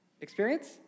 Experience